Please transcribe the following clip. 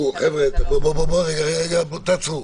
תעצרו.